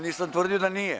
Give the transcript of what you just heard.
Nisam tvrdio da nije.